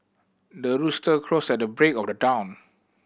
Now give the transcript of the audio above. the rooster crows at the break of the dawn